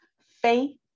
faith